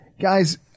guys